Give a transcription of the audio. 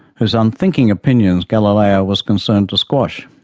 whose unthinking opinions galileo was concerned to squash.